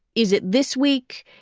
is it this week?